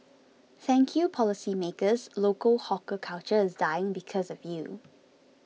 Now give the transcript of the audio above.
thank you policymakers local hawker culture is dying because of you